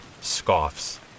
scoffs